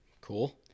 cool